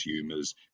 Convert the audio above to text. consumers